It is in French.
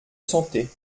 santé